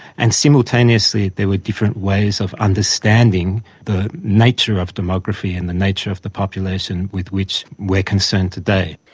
and simultaneously there were different ways of understanding the nature of demography and the nature of the population with which we're concerned today.